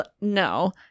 No